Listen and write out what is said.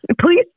please